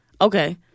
Okay